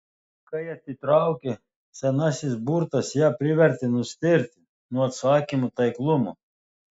kai atitraukė senasis burtas ją privertė nustėrti nuo atsakymo taiklumo